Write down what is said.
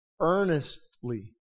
earnestly